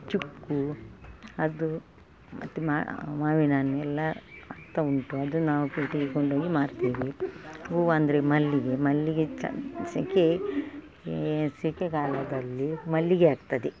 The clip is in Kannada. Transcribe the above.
ಚುಕ್ಕು ಅದು ಮತ್ತು ಮಾವಿನ ಹಣ್ಣು ಎಲ್ಲ ಆಗ್ತಾ ಉಂಟು ಅದು ನಾವು ಪೇಟೆಗೆ ಕೊಂಡೋಗಿ ಮಾರ್ತೇವೆ ಹೂವೆಂದ್ರೆ ಮಲ್ಲಿಗೆ ಮಲ್ಲಿಗೆ ಸೆಕೆ ಸೆಕೆಗಾಲದಲ್ಲಿ ಮಲ್ಲಿಗೆ ಆಗ್ತದೆ